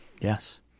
Yes